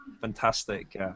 fantastic